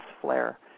flare